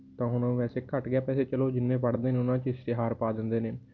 ਤਾਂ ਹੁਣ ਵੈਸੇ ਘੱਟ ਗਿਆ ਵੈਸੇ ਚਲੋ ਜਿੰਨੇ ਪੜ੍ਹਦੇ ਨੇ ਉਹਨਾਂ 'ਚ ਇਸ਼ਤਿਹਾਰ ਪਾ ਦਿੰਦੇ ਨੇ